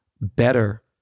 better